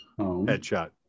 Headshot